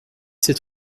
sept